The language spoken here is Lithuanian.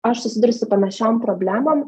aš susiduriu su panašiom problemom